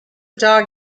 dog